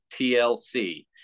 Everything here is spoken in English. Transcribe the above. tlc